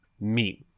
meat